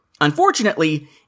Unfortunately